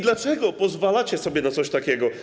Dlaczego pozwalacie sobie na coś takiego?